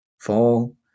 fall